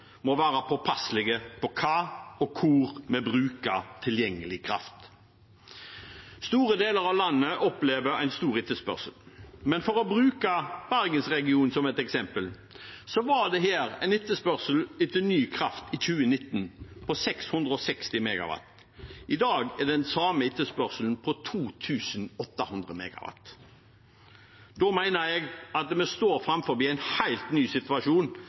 må være påpasselige med hva vi bruker, og hvor vi bruker tilgjengelig kraft. Store deler av landet opplever en stor etterspørsel, men for å bruke bergensregionen som et eksempel, var det der en etterspørsel etter ny kraft i 2019 på 660 MW. I dag er den samme etterspørselen på 2 800 MW. Da mener jeg vi står foran en helt ny situasjon